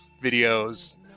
videos